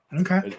Okay